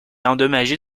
endommagé